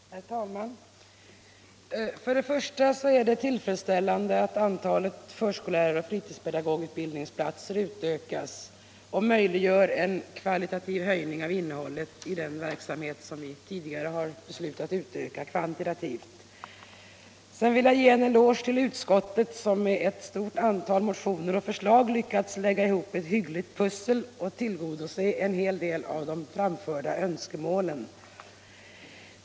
Herr talman! Först vill jag säga att det är tillfredsställande att antalet förskolläraroch fritidspedagogutbildningsplatser utökas, vilket möjliggör en kvalitativ förbättring av den verksamhet som vi tidigare beslutat utöka kvantitativt. Därefter vill jag ge en eloge till utskottet som med ett stort antal motioner lyckats lägga ett hyggligt pussel och tillgodose en del av de framförda önskemålen.